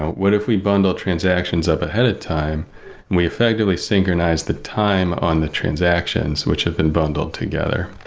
what if we bundle transactions up ahead of time and we effectively synchronize the time on the transactions, which have been bundled together.